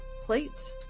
plates